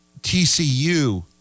TCU